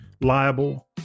liable